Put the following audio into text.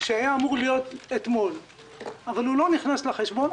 שהיה אמור להיות אתמול אבל הוא לא נכנס לחשבון,